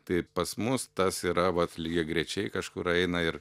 tai pas mus tas yra vat lygiagrečiai kažkur eina ir